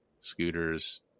scooters